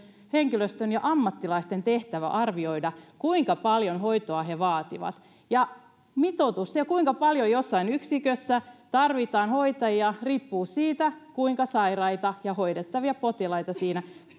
ja ammattilaisten tehtävä arvioida kuinka paljon hoitoa he vaativat mitoitus kuinka paljon jossain yksikössä tarvitaan hoitajia riippuu siitä kuinka sairaita ja hoidettavia potilaita siinä